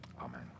Amen